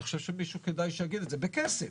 אני חושב שמישהו כדאי שיגיד את זה, בכסף?